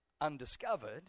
undiscovered